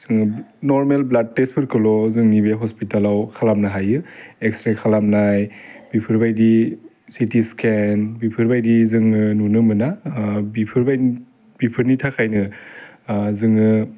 जोङो normal blood टेस्टफोरखौल' जोंनि बे हस्पितालाव खालामनो हायो एक्स्रे खालामनाय बेफोरबायदि चिटि स्केन बेफोरबायदि जोङो नुनो मोना बिफोरबाय बेफोरनि थाखाइनो जोङो